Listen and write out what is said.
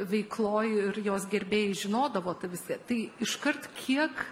veikloj ir jos gerbėjai žinodavo visi tai iškart kiek